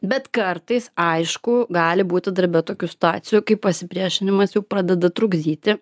bet kartais aišku gali būti darbe tokių situacijų kai pasipriešinimas jau pradeda trukdyti